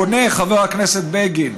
והוא עונה, חבר הכנסת בגין: